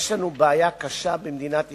יש לנו בעיה קשה במדינת ישראל,